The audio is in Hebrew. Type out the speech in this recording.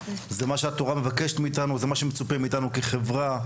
זה מה שהתורה מבקשת מאיתנו וזה מה שמצופה מאיתנו כחברה,